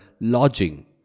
lodging